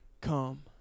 come